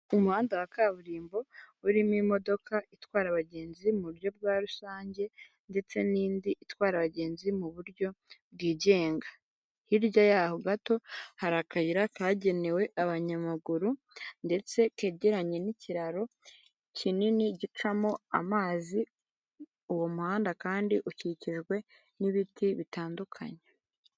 Umuhanda wa kaburimbo urimo imodoka itwara abagenzi mu buryo bwa rusange ndetse nindi itwara abagenzi mu buryo bwigenga, hirya yaho gato hari akayira kagenewe abanyamaguru ndetse kegeranye n'ikiraro kinini gicamo amazi uwo muhanda kandi ukikijwe n'ibiti bitandukanye.